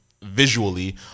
Visually